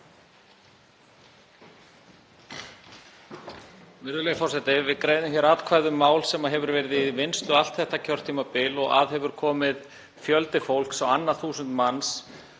Virðulegi forseti. Við greiðum hér atkvæði um mál sem hefur verið í vinnslu allt þetta kjörtímabil og að hefur komið fjöldi fólks, á annað þúsund manns,